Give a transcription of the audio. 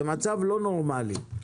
זה מצב לא נורמלי.